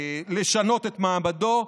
לשנות את מעמדו,